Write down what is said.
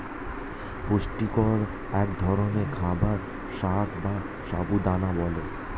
পুষ্টিকর এক ধরনের খাবার সাগু বা সাবু দানা বলে